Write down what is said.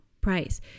price